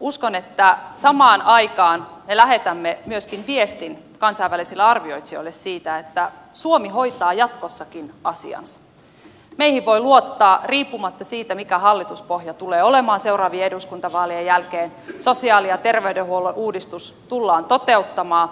uskon että samaan aikaan me lähetämme myöskin viestin kansainvälisille arvioitsijoille siitä että suomi hoitaa jatkossakin asiansa meihin voi luottaa riippumatta siitä mikä hallituspohja tulee olemaan seuraavien eduskuntavaalien jälkeen sosiaali ja terveydenhuollon uudistus tullaan toteuttamaan